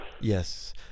Yes